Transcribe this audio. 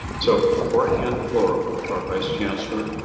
so before i hand the floor over to our vice chancellor,